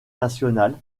national